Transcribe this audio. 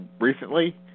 recently